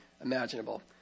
imaginable